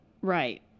Right